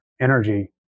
energy